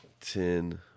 ten